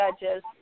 judges